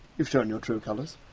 you've shown your true colours!